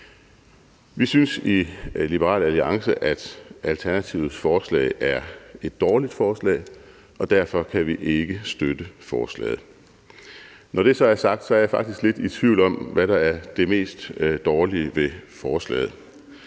Vi synes i Liberal Alliance, at Alternativets forslag er et dårligt forslag, og derfor kan vi ikke støtte forslaget. Når det så er sagt, er jeg faktisk lidt i tvivl om, hvad der er det mest dårlige ved forslaget.